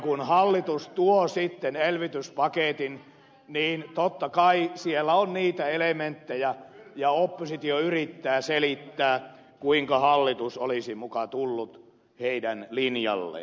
kun hallitus tuo sitten elvytyspaketin niin totta kai siellä on niitä elementtejä ja oppositio yrittää selittää kuinka hallitus olisi muka tullut heidän linjalleen